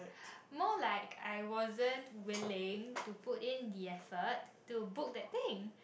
more like I wasn't willing to put in the effort to book that thing